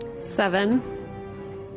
Seven